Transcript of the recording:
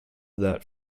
that